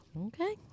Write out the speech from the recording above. Okay